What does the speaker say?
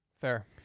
Fair